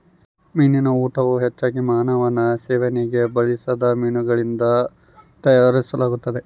ಮೀನಿನ ಊಟವು ಹೆಚ್ಚಾಗಿ ಮಾನವನ ಸೇವನೆಗೆ ಬಳಸದ ಮೀನುಗಳಿಂದ ತಯಾರಿಸಲಾಗುತ್ತದೆ